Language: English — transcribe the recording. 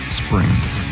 springs